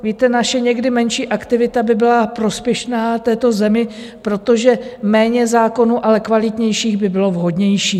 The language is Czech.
Víte, naše někdy menší aktivita by byla prospěšná této zemi, protože méně zákonů, ale kvalitnějších by bylo vhodnější.